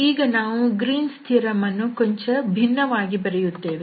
ಈಗ ನಾವು Green's theorem Green's Theorem ಅನ್ನು ಕೊಂಚ ಭಿನ್ನವಾಗಿ ಬರೆಯುತ್ತೇವೆ